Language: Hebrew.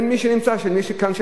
אין מי שנמצא כאן.